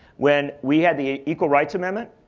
when we had the equal rights amendment,